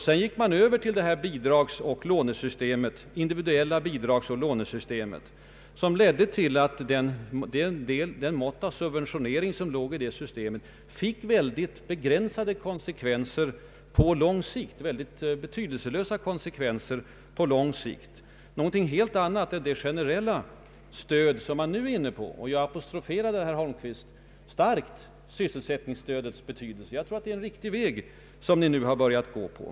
Sedan gick regeringen över till det individuella bidragsoch lånesystemet, som på grund av det mått av subventionering som låg däri fick blott begränsad verkan på lång sikt — det var ju också något helt annat än det generella stöd som man nu är inne på. Jag apostroferade, herr Holmqvist, starkt sysselsättningsstödets betydelse. Jag tror att det är en riktig väg som ni nu har börjat gå in på.